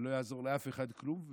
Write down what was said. ולא יעזור לאף אחד כלום,